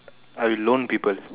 I loan people